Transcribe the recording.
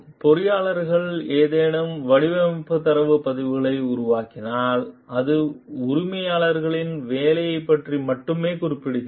பொறியாளர்கள் ஏதேனும் வடிவமைப்புத் தரவுப் பதிவுகளை உருவாக்கினால் அது உரிமையாளரின் வேலையைப் பற்றி மட்டுமே குறிப்பிடுகிறது